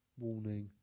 warning